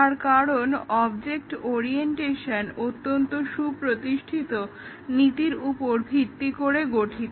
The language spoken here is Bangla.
তার কারণ অবজেক্ট অরিয়েন্টেশন অত্যন্ত সুপ্রতিষ্ঠিত নীতির উপর ভিত্তি করে গঠিত